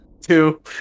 Two